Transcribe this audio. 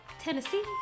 Tennessee